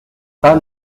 pas